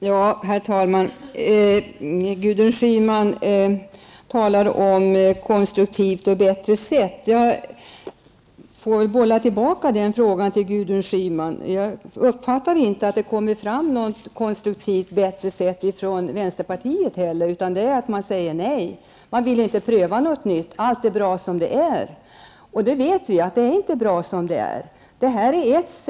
Herr talman! Gudrun Schyman säger att vi skall agera på ett konstruktivt och bättre sätt. Jag får bolla den frågan tillbaka till henne. Jag uppfattar inte att det har kommit något bättre och mer konstruktivt förslag från vänsterpartiet. Man säger nej och vill inte pröva något nytt; allt är tydligen bra som det är. Samtidigt vet vi alla att det inte är det.